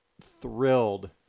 thrilled